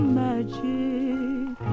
magic